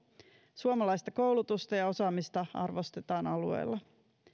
suomalaista koulutusta ja osaamista arvostetaan alueella